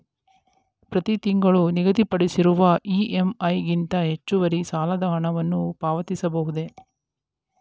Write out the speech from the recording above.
ಪ್ರತಿ ತಿಂಗಳು ನಿಗದಿಪಡಿಸಿರುವ ಇ.ಎಂ.ಐ ಗಿಂತ ಹೆಚ್ಚುವರಿ ಸಾಲದ ಹಣವನ್ನು ಪಾವತಿಸಬಹುದೇ?